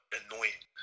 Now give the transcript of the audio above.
annoying